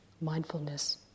mindfulness